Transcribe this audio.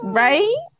right